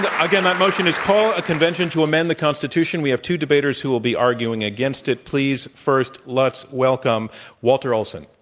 and again, our motion is call a convention to amend the constitution. we have two debaters who will be arguing against it. please, first, let's welcome walter olson.